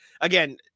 again